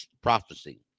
prophecy